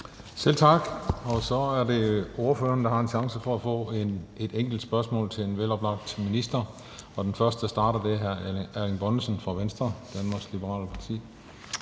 Selv tak. Så er det, at ordførerne har en chance for at stille et enkelt spørgsmål til en veloplagt minister, og den, der starter, er hr. Erling Bonnesen fra Venstre, Danmarks Liberale Parti.